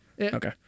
Okay